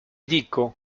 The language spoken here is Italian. dico